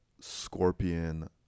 scorpion